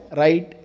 right